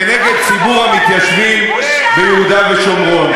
כנגד ציבור המתיישבים ביהודה ושומרון.